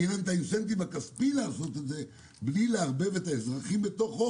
יהיה להן אינסנטיב כספי לעשות את זה בלי לערבב את האזרחים בתוכו